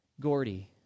Gordy